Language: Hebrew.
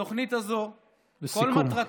התוכנית הזאת, לסיכום.